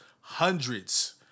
hundreds